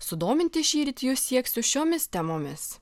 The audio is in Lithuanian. sudominti šįryt jų sieksiu šiomis temomis